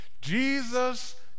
Jesus